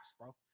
bro